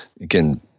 again